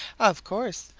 of course.